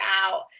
out